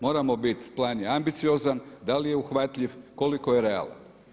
Moram biti plan je ambiciozan, da li je uhvatljiv, koliko je realan?